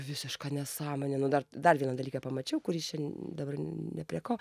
visiška nesąmonė nu dar dar vieną dalyką pamačiau kuris čia dabar ne prie ko